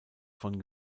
von